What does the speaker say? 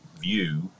view